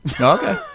Okay